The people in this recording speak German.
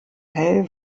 hell